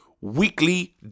weekly